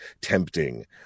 tempting